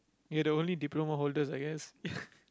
you're the only diploma holders I guess